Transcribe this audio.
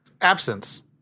Absence